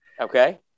Okay